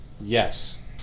Yes